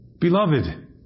beloved